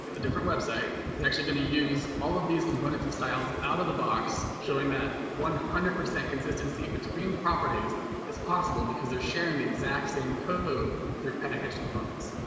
a different website, is actually going to use all of these components and styles out of the box showing that one hundred percent consistency between properties is possible because they're sharing the exact same code through packaged components.